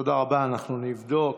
תודה רבה, אנחנו נבדוק.